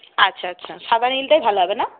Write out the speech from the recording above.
আচ্ছা আচ্ছা সাদা নীলটাই ভালো হবে না